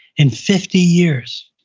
in fifty years.